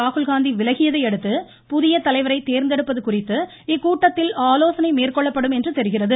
ராகுல்காந்தி விலகியதையடுத்து புதிய தலைவரை தோ்ந்தெடுப்பது குறித்து இக்கூட்டத்தில் ஆலோசனை மேற்கொள்ளப்படும் என்று தெரிகிறது